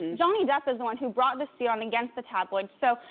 and johnny depp is the one who brought the suit on against the tabloid. so,